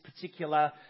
particular